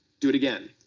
do it again.